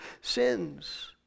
sins